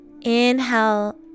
Inhale